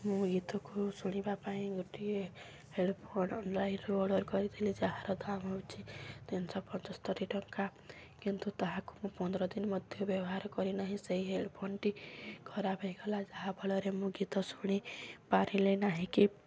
ମୁଁ ଗୀତକୁ ଶୁଣିବା ପାଇଁ ଗୋଟିଏ ହେଡ଼୍ଫୋନ୍ ଅନ୍ଲାଇନ୍ରୁ ଅର୍ଡ଼ର୍ କରିଥିଲି ଯାହାର ଦାମ୍ ହେଉଛି ତିନିଶହ ପଞ୍ଚସ୍ତରୀ ଟଙ୍କା କିନ୍ତୁ ତାହାକୁ ମୁଁ ପନ୍ଦର ଦିନ ମଧ୍ୟ ବ୍ୟବହାର କରିନାହିଁ ସେହି ହେଡ଼୍ଫୋନ୍ଟି ଖରାପ ହୋଇଗଲା ଯାହା ଫଳରେ ମୁଁ ଗୀତ ଶୁଣି ପାରିଲି ନାହିଁକି